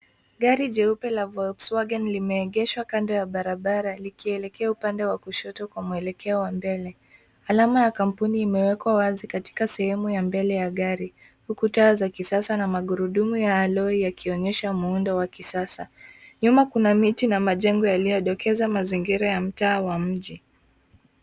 Gari jeupe la Volkswagen limeegeshwa kando ya barabara likielekea upande wa kushoto kwa mwelekeo wa mbele. Alama ya kampuni imewekwa wazi katika sehemu ya mbele ya gari, huku taa za kisasa na magurudumu ya alloy yakionyesha muundo wa kisasa. Nyuma kuna miti na majengo yaliyodokeza mazingira ya mtaa wa mji.